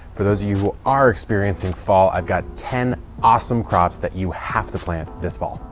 for those of you who are experiencing fall, i've got ten awesome crops that you have to plant this fall.